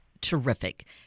terrific